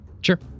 Sure